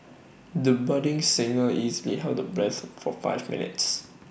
the budding singer easily held her breath for five minutes